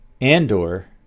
Andor